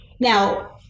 Now